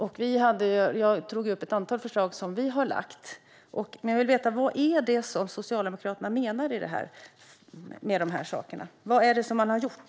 Jag räknade upp ett antal förslag som vi har lagt. Nu vill jag veta: Vad menar Socialdemokraterna med de här sakerna? Vad är det som man har gjort?